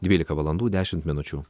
dvylika valandų dešim minučių